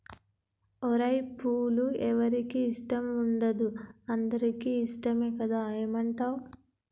ఓరై పూలు ఎవరికి ఇష్టం ఉండదు అందరికీ ఇష్టమే కదా ఏమంటావ్